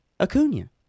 Acuna